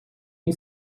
این